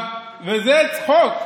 זה צחוק,